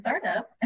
startup